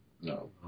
No